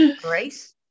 Great